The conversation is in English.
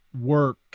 work